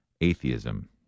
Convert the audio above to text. atheism